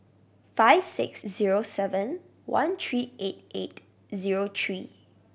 five six zero seven one three eight eight zero three